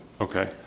Okay